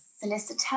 solicitor